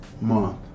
Month